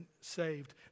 saved